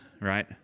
right